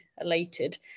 elated